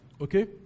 Okay